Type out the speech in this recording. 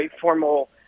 formal